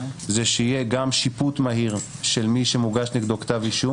זה שיהיה גם שיפוט מהיר של מי שמוגש נגדו כתב אישום